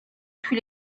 tous